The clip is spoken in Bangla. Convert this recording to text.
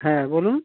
হ্যাঁ বলুন